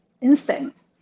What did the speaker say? instinct